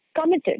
committed